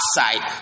outside